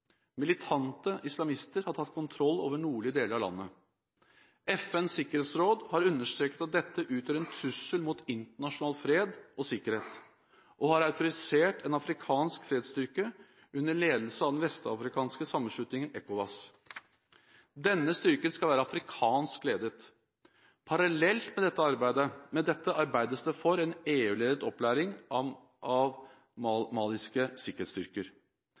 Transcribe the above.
Militante islamister har tatt kontroll over nordlige deler av landet. FNs sikkerhetsråd har understreket at dette utgjør en trussel mot internasjonal fred og sikkerhet, og har autorisert en afrikansk fredsstyrke under ledelse av den vestafrikanske sammenslutningen ECOWAS. Denne styrken skal være afrikansk ledet. Parallelt med dette arbeides det for en EU-ledet opplæring av maliske sikkerhetsstyrker.